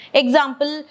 example